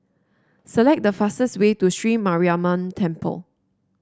select the fastest way to Sri Mariamman Temple